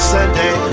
Sunday